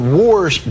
wars